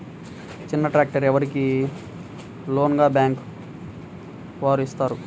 చిన్న ట్రాక్టర్ ఎవరికి లోన్గా బ్యాంక్ వారు ఇస్తారు?